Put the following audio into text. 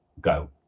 go